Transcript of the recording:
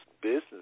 business